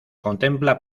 contempla